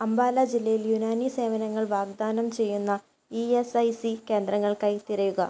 അംബാല ജില്ലയിൽ യുനാനി സേവനങ്ങൾ വാഗ്ദാനം ചെയ്യുന്ന ഇ എസ് ഐ സി കേന്ദ്രങ്ങൾക്കായി തിരയുക